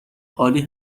عالی